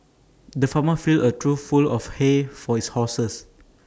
the farmer filled A trough full of hay for his horses